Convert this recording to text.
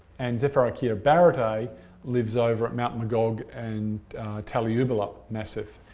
and zephyrarchaea barrettae lives over at mt magog and talyuberlup massif,